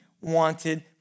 wanted